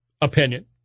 opinion